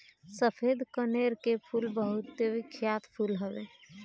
सफ़ेद कनेर के फूल बहुते बिख्यात फूल हवे